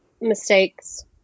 mistakes